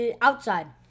Outside